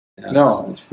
No